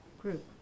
group